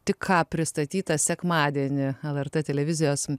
tik ką pristatytas sekmadienį lrt televizijos